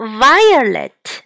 ,violet